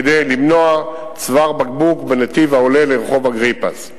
כדי למנוע צוואר בקבוק בנתיב העולה לרחוב אגריפס.